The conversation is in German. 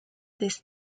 des